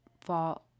fall